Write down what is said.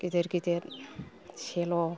गिदिर गिदिर सेल'